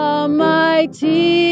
Almighty